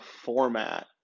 format